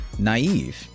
naive